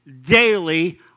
daily